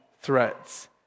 threats